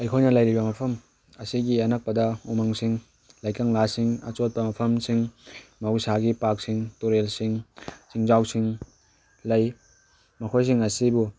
ꯑꯩꯈꯣꯏꯅ ꯂꯩꯔꯤꯕ ꯃꯐꯝ ꯑꯁꯤꯒꯤ ꯑꯅꯛꯄꯗ ꯎꯃꯪꯁꯤꯡ ꯂꯩꯀꯪꯂꯥꯁꯤꯡ ꯑꯆꯣꯠꯄ ꯃꯐꯝꯁꯤꯡ ꯑꯍꯧꯁꯥꯒꯤ ꯏꯄꯥꯛꯁꯤꯡ ꯇꯨꯔꯦꯜꯁꯤꯡ ꯆꯤꯡꯖꯥꯎꯁꯤꯡ ꯂꯩ ꯃꯈꯣꯏꯁꯤꯡ ꯑꯁꯤꯕꯨ